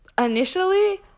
Initially